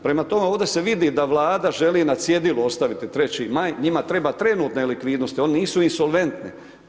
Prema tome ovdje se vidi da Vlada želi na cjedilu ostaviti 3. Maj, njima treba trenutne likvidnosti, one nisu insolventne.